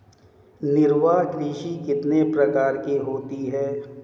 निर्वाह कृषि कितने प्रकार की होती हैं?